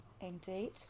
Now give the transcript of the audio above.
Indeed